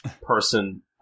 person